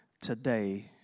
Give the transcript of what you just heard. today